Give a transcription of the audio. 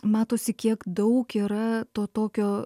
matosi kiek daug yra to tokio